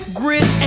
grit